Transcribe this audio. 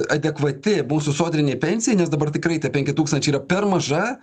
adekvati mūsų sodrinei pensijai nes dabar tikrai tie penki tūkstančiai yra per maža